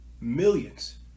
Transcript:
millions